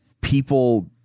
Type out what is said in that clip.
people